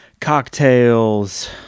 cocktails